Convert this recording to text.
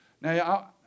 Now